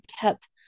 kept